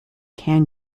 can